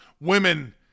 women